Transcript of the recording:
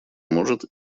может